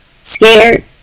scared